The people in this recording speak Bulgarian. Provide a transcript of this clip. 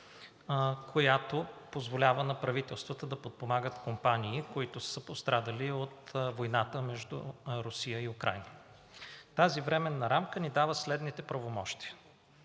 която позволява на правителствата да подпомагат компании, които са пострадали от войната между Русия и Украйна. Тази временна рамка ни дава следните правомощия: